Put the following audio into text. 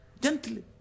gently